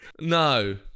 no